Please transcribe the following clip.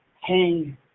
hang